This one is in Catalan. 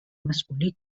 masculí